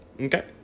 Okay